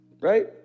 right